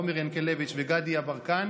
עומר ינקלביץ' וגדי יברקן,